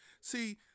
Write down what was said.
See